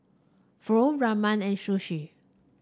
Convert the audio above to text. Pho Ramen and Sushi